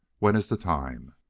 when is the time?